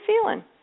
feeling